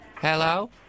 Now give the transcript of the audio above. Hello